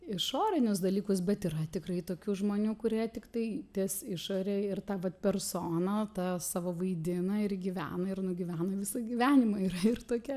išorinius dalykus bet yra tikrai tokių žmonių kurie tiktai ties išore ir tą personą tą savo vaidina ir gyvena ir nugyvena visą gyvenimą yra ir tokie